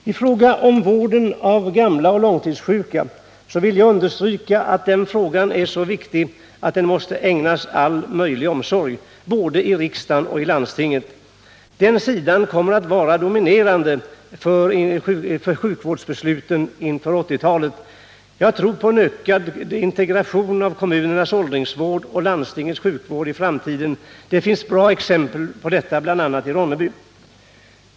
När det gäller vården av gamla och långtidssjuka vill jag understryka att den frågan är så viktig att den måste ägnas all möjlig omsorg, både i riksdagen och i landstingen. Den sidan kommer att vara dominerande för sjukvårdsbesluten inför 1980-talet. Jag tror på en ökad integration av kommunernas åldringsvård och landstingens sjukvård i framtiden. Det finns bra exempel på detta, bl.a. i Ronneby.